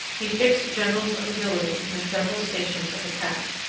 he fixed generals of ability in the several stations of attack,